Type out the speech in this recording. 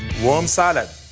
worm salad.